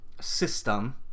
system